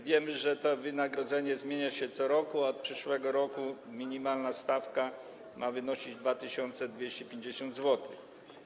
Wiem, że to wynagrodzenie zmienia się co roku; od przyszłego roku minimalna stawka ma wynosić 2250 zł.